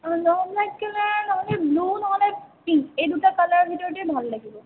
ননলাইট colour নহ'লে blue নহ'লে pink এই দুটা কালাৰৰ ভিতৰতেই ভাল লাগিব